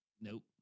Nope